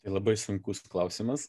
tai labai sunkus klausimas